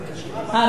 אה,